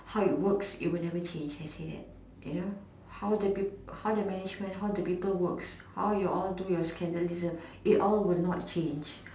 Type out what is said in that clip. how it works it will never change I said that you know how the people how the management how the people works how you all do your scandalism it all will not change